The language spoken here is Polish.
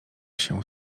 się